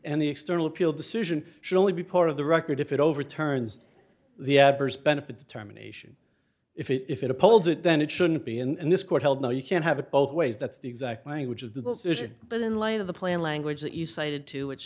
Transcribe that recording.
and the external appeal decision should only be part of the record if it overturns the adverse benefit determination if it upholds it then it shouldn't be and this court held no you can't have it both ways that's the exact language of the decision but in light of the plan language that you cited to which